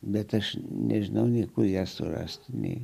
bet aš nežinau nei kur ją surasti nei